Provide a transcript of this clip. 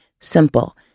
simple